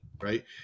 right